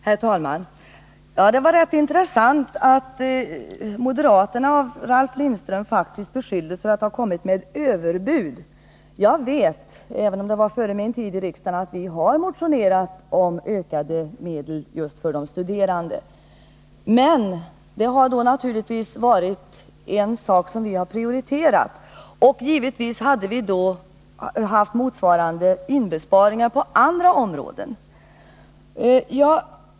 Herr talman! Det var rätt intressant att höra att moderaterna av Ralf Lindström beskylldes för att ha kommit med ett överbud. Jag vet, även om det var före min tidi riksdagen, att vi har motionerat om ökade medel just för de studerande. Men det har naturligtvis varit en sak som vi prioriterat. Givetvis föreslog vi samtidigt motsvarande inbesparingar på andra områden.